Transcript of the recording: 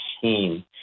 team